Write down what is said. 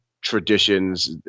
traditions